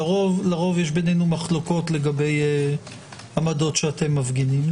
לרוב יש בינינו מחלוקות לגבי עמדות שאתם מפגינים.